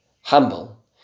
humble